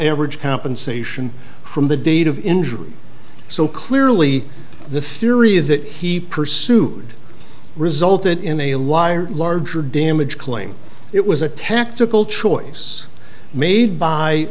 average compensation from the date of injury so clearly the theory is that he pursued resulted in a larger damage claim it was a tactical choice made by